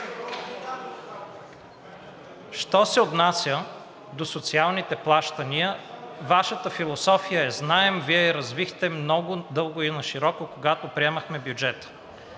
Що се отнася до социалните плащания, Вашата философия я знаем, Вие я развихте много надълго и нашироко, когато приемахме бюджета.